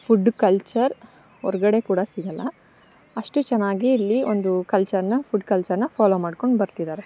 food culture ಹೊರಗಡೆ ಕೂಡ ಸಿಗೊಲ್ಲ ಅಷ್ಟು ಚೆನ್ನಾಗಿ ಇಲ್ಲಿ ಒಂದು ಕಲ್ಚರ್ನ ಫುಡ್ ಕಲ್ಚರ್ನ ಫಾಲೋ ಮಾಡ್ಕೊಂಡು ಬರ್ತಿದ್ದಾರೆ